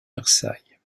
versailles